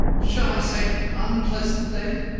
shall i say unpleasant, then?